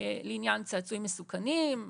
לעניין צעצועים מסוכנים.